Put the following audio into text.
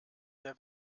der